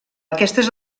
aquestes